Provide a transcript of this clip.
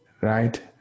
Right